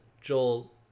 Joel